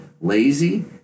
lazy